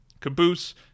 Caboose